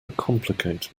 complicate